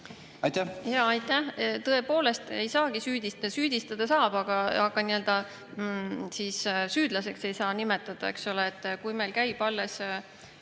Aitäh,